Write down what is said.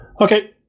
Okay